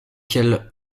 quelle